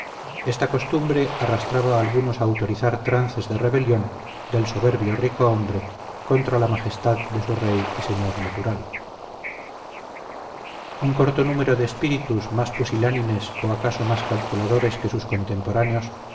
esta costumbre arrastraba a algunos a autorizar trances de rebelión del soberbio rico hombre contra la majestad de su rey y señor natural un corto número de espíritus más pusilánimes o acaso más calculadores que sus contemporáneos